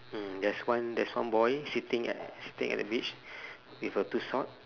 hmm there's one there's one boy sitting at sitting at the beach with a two sock